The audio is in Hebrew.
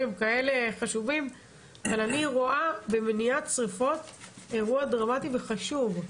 אבל אני רואה במניעת שריפות אירוע דרמטי וחשוב.